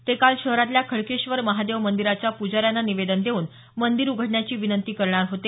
ते काल शहरातल्या खडकेश्वर महादेव मंदिराच्या प्जाऱ्यांना निवेदन देऊन मंदीर उघडण्याची विनंती करणार होते